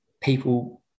people